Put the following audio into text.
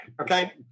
okay